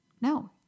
No